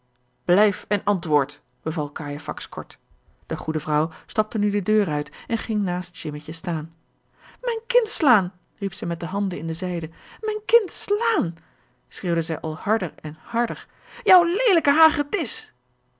blijf en antwoord beval cajefax kort de goede vrouw stapte nu de deur uit en ging naast jimmetje staan mijn kind slaan riep zij met de handen in de zijde mijn kind slaan schreeuwde zij al harder en harder jou leelijke hagedis